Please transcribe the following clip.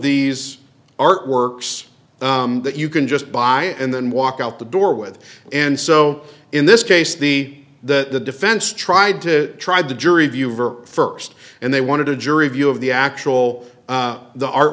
these artworks that you can just buy and then walk out the door with and so in this case the that the defense tried to tried to jury view over first and they wanted a jury view of the actual the art